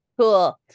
Cool